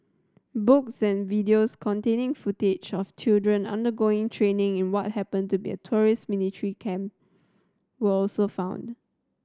books and videos containing footage of children undergoing training in what happened to be terrorist military camp were also found